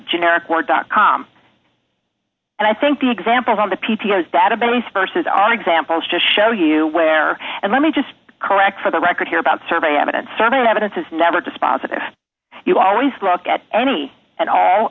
generic word dot com and i think the examples on the p t s database verses are examples to show you where and let me just correct for the record here about survey evidence certain evidence is never dispositive you always look at any and all